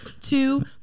two